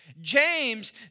James